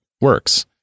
works